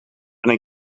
ben